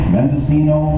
Mendocino